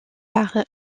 par